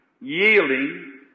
yielding